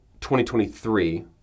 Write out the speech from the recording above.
2023